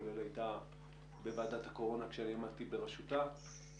כולל מוועדת הקורונה כשעמדתי בראשותה